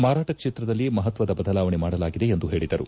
ಮಾರಾಟ ಕ್ಷೇತ್ರದಲ್ಲಿ ಮಹತ್ವದ ಬದಲಾವಣೆ ಮಾಡಲಾಗಿದೆ ಎಂದು ಹೇಳಿದರು